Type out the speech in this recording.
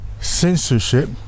censorship